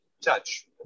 touch